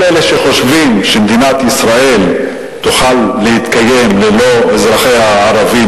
כל אלה שחושבים שמדינת ישראל תוכל להתקיים ללא אזרחיה הערבים,